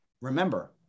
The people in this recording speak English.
remember